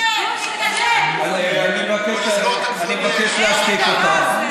אני מבקש להשתיק אותם.